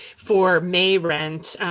for may rent.